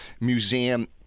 museum